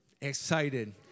excited